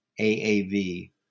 AAV